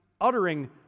uttering